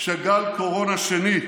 שגל קורונה שני,